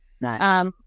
Nice